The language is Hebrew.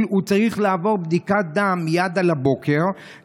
הוא צריך לעבור בדיקת דם מייד על הבוקר,